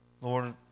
Lord